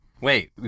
Wait